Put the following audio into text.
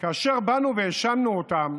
כאשר באנו והאשמנו אותם